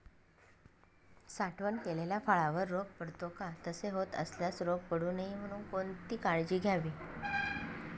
साठवण केलेल्या फळावर रोग पडतो का? तसे होत असल्यास रोग पडू नये म्हणून कोणती काळजी घ्यावी?